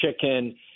chicken